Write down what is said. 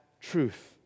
truth